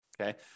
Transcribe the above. okay